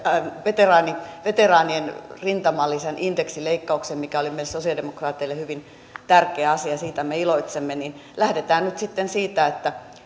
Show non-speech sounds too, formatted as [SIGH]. [UNINTELLIGIBLE] tämän veteraanien veteraanien rintamalisän indeksileikkauksen mikä oli meille sosialidemokraateille hyvin tärkeä asia ja siitä me iloitsemme lähdetään nyt sitten siitä että